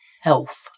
health